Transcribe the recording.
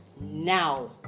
now